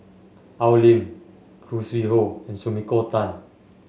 Al Lim Khoo Sui Hoe and Sumiko Tan